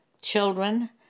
Children